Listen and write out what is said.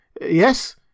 Yes